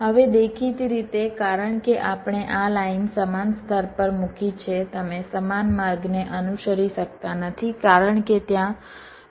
હવે દેખીતી રીતે કારણ કે આપણે આ લાઇન સમાન સ્તર પર મૂકી છે તમે સમાન માર્ગને અનુસરી શકતા નથી કારણ કે ત્યાં ક્રોસ હશે